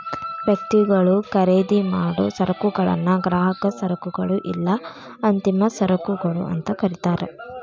ವ್ಯಕ್ತಿಗಳು ಖರೇದಿಮಾಡೊ ಸರಕುಗಳನ್ನ ಗ್ರಾಹಕ ಸರಕುಗಳು ಇಲ್ಲಾ ಅಂತಿಮ ಸರಕುಗಳು ಅಂತ ಕರಿತಾರ